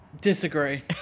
disagree